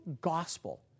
gospel